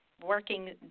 working